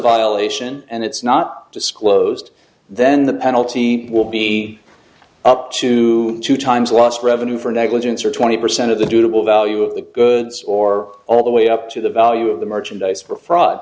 violation and it's not disclosed then the penalty will be up to two times lost revenue for negligence or twenty percent of the duble value of the goods or all the way up to the value of the merchandise for fraud